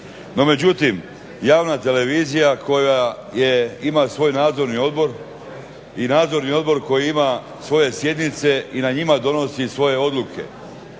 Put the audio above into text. međutim javna televizija koja ima svoj nadzorni odbor i nadzorni odbor koji ima svoje sjednice i na njima donosi svoje odluke.